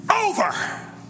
over